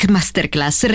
Masterclass